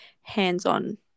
hands-on